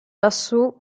lassù